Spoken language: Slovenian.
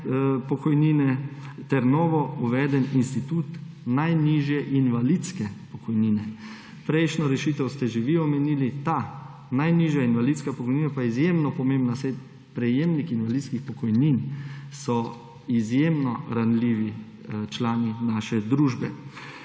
pokojnine ter novo uveden institut najnižje invalidske pokojnine. Prejšnjo rešitev ste že vi omenili, ta najnižja invalidska pokojnina pa je izjemno pomembna, saj prejemniki invalidskih pokojnin so izjemno ranljivi člani naše družbe.